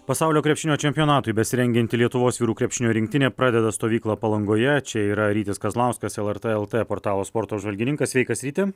pasaulio krepšinio čempionatui besirengianti lietuvos vyrų krepšinio rinktinė pradeda stovyklą palangoje čia yra rytis kazlauskas lrt lt portalo sporto apžvalgininkas sveikas ryti